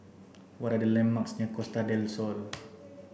what are the landmarks near Costa Del Sol